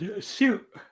suit